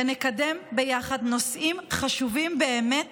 ונקדם ביחד נושאים חשובים באמת